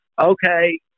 okay –